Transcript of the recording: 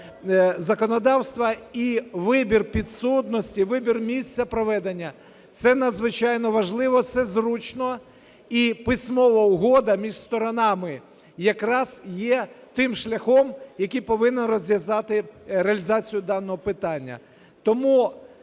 законодавства, і вибір підсудності, вибір місця проведення – це надзвичайно важливо, це зручно. І письмова угода між сторонами якраз є тим шляхом, який повинен розв'язати реалізацію даного питання.